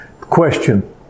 Question